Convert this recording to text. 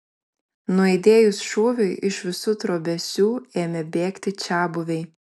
nuaidėjus šūviui iš visų trobesių ėmė bėgti čiabuviai